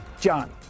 John